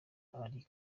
ari